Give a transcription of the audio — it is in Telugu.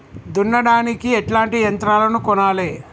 దున్నడానికి ఎట్లాంటి యంత్రాలను కొనాలే?